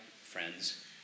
friends